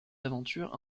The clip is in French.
aventures